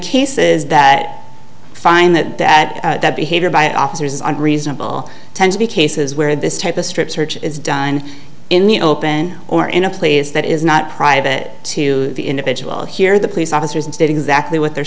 cases that find that that behavior by officers and reasonable tend to be cases where this type of strip search is done in the open or in a place that is not private to the individual here the police officers did exactly what they're